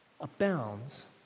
abounds